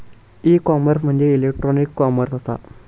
E commerce म्हणजे electronic commerce असा